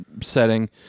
setting